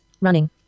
running